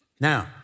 Now